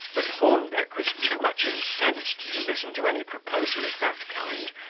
but hornbeck was too much incensed to listen to any proposal of that kind,